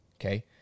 Okay